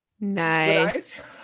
Nice